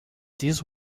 this